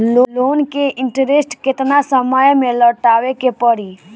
Loan के interest केतना समय में लौटावे के पड़ी?